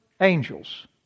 angels